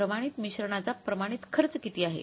प्रमाणित मिश्रणाचा प्रमाणित खर्च किती आहे